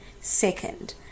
Second